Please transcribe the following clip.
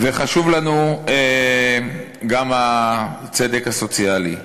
וחשוב לנו גם הצדק הסוציאלי.